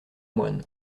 moine